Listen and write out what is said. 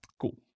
Cool